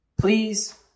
Please